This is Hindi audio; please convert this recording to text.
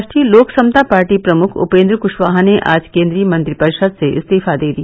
राष्ट्रीय लोक समता पार्टी प्रमुख उपेन्द्र कुशवाहा ने आज केन्द्रीय मंत्रिपरिषद से इस्तीफा दे दिया